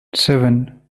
seven